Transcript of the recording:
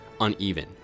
uneven